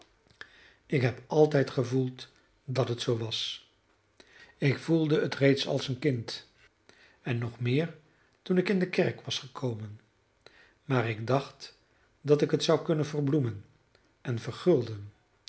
ik heb altijd gevoeld dat het zoo was ik voelde het reeds als een kind en nog meer toen ik in de kerk was gekomen maar ik dacht dat ik het zou kunnen verbloemen en